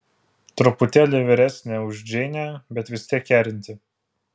truputėlį vyresnė už džeinę bet vis tiek kerinti